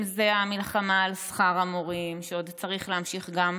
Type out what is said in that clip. אם זאת המלחמה על שכר המורים שצריך להמשיך גם